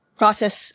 process